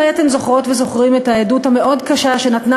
אולי אתם זוכרות וזוכרים את העדות המאוד-קשה שנתנה